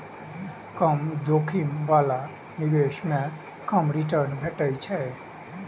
कम जोखिम बला निवेश मे कम रिटर्न भेटै छै